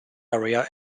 area